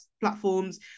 platforms